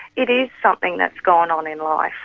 it is something that's gone on in life.